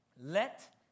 Let